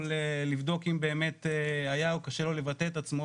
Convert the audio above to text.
לבדוק אם באמת היה או קשה לו לבטא את עצמו.